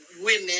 women